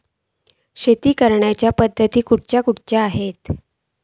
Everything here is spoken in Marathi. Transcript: शेतीच्या करण्याचे पध्दती खैचे खैचे आसत?